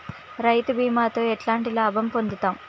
రైతు బీమాతో ఎట్లాంటి లాభం పొందుతం?